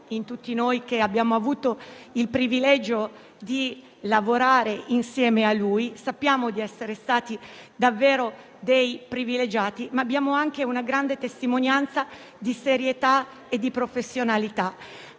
in tutti noi che abbiamo avuto il privilegio di lavorare insieme con lui. Sappiamo di essere stati davvero dei privilegiati e di aver avuto una grande testimonianza di serietà e professionalità.